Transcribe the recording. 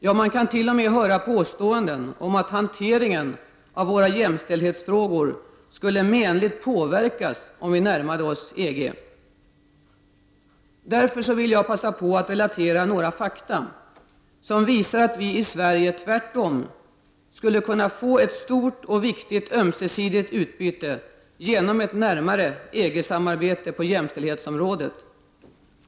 Ja, man kan t.o.m. höra påståenden om att hanteringen av våra jämställdhetsfrågor skulle menligt påverkas, om vi närmade oss EG. Därför vill jag passa på att relatera några fakta som visar att vi i Sverige tvärtom skulle kunna få ett stort och viktigt ömsesidigt utbyte genom ett närmare EG-samarbete på jämställdhetsområdet.